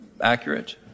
accurate